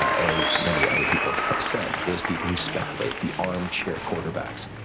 as many other people have said those people who speculate the arm chair quarterbacks.